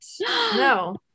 No